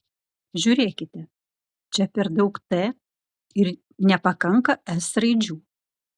žiūrėkite čia per daug t ir nepakanka s raidžių